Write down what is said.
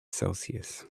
celsius